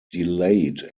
delayed